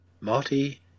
Marty